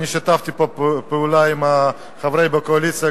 אני שיתפתי פה פעולה עם חברי בקואליציה,